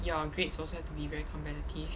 your grades also have to be very competitive